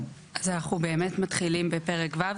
אז אנחנו באמת מתחילים בפרק ו',